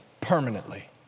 permanently